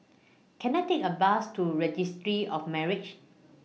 Can I Take A Bus to Registry of Marriages